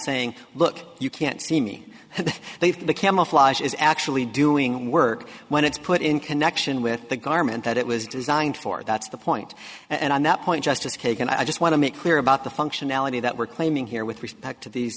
saying look you can't see me they've the camouflage is actually doing work when it's put in connection with the garment that it was designed for that's the point and on that point justice kagan i just want to make clear about the functionality that we're claiming here with respect to these